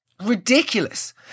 Ridiculous